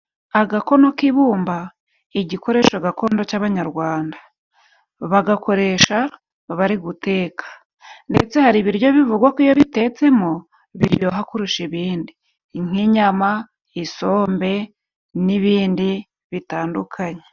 Agakono k'ibumba: lgikoresho gakondo cy'abanyarwanda, bagakoresha bari guteka, ndetse hari ibiryo bivugwa ko iyo bitetsemo biryoha kurusha ibindi, nk'inyama, isombe, n'ibindi bitandukanye.